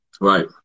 Right